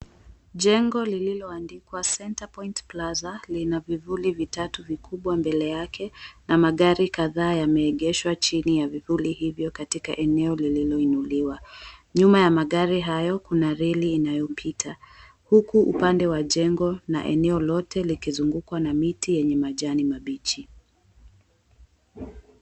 Jengo lililoandikwa Center Point Plaza lina vivuli vitatu vikubwa mbele yake na magari kadhaa yameengeshwa chini ya vivuli hivyo katika eneo lililoinuliwa. Nyuma ya magari hayo kuna reli inayopita huku upande wa jengo na eneo lote likizungukwa na miti yenye majani mabichi.